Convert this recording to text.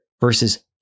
versus